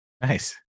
Nice